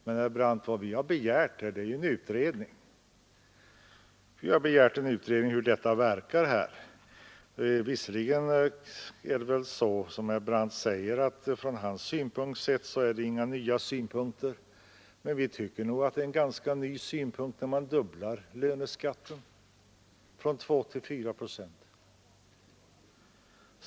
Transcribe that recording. Men, herr Brandt, vad vi begärt är ju en utredning om hur detta verkar. Visserligen är det väl så som herr Brandt säger, att enligt hans sätt att se är det ingen ny synpunkt, men vi tycker faktiskt att det är en ganska ny synpunkt när man dubblar löneskatten från 2 till 4 procent.